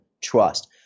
trust